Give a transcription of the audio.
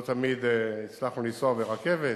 לא תמיד הצלחנו לנסוע ברכבת.